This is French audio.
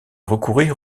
recourir